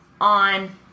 on